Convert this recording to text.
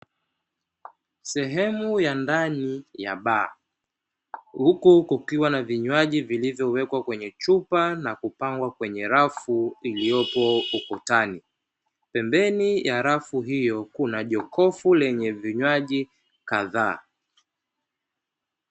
Sehemu ya ndani ya baa huku kukiwa na vinywaji vilivyowekwa kwenye chupa na kupangwa kwenye rafu iliyopo ukutani, pembeni ya rafu hiyo kuna jokofu lenye vinywaji kadhaa.